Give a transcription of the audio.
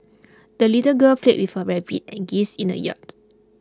the little girl played with her rabbit and geese in the yard